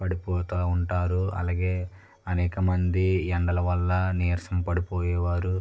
పడిపోతు ఉంటారు అలాగే అనేక మంది ఎండల వల్ల నీరసం పడిపోయేవారు